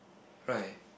right